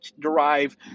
derive